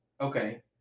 okay